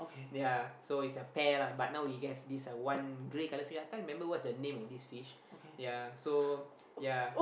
ya so it's a pair lah but now we have this a one grey color fish I can't remember what's the name of this fish ya so ya